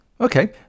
Okay